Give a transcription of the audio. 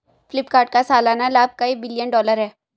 फ्लिपकार्ट का सालाना लाभ कई बिलियन डॉलर है